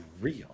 real